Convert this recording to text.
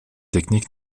technique